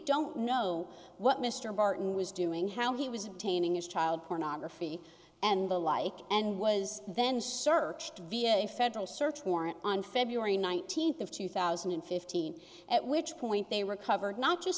don't know what mr barton was doing how he was obtaining his child pornography and the like and was then searched via a federal search warrant on february nineteenth of two thousand and fifteen at which point they recovered not just